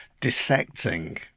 dissecting